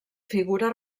figura